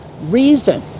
reason